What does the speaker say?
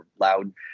loud